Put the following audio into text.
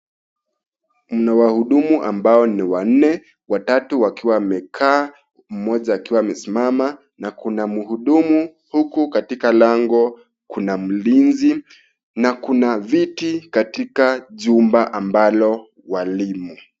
Mna wahudumu ambao ni wanne, watatu wakiwa wamekaa mmoja akiwa amesimama na kuna mhudumu huku katika lango kuna mlinzi na kuna viti katika jumba ambalo walimo.